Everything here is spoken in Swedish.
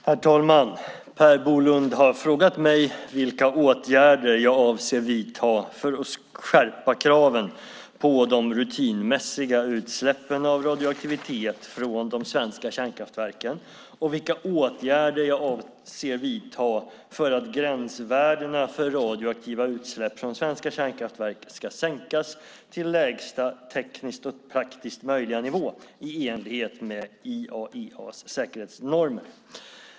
Herr talman! Per Bolund har frågat mig vilka åtgärder jag avser att vidta för att skärpa kraven på de rutinmässiga utsläppen av radioaktivitet från de svenska kärnkraftverken och vilka åtgärder jag avser att vidta för att gränsvärdena för radioaktiva utsläpp från svenska kärnkraftverk ska sänkas till lägsta tekniskt och praktiskt möjliga nivå i enlighet med IAEA:s säkerhetsnormer.